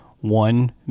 One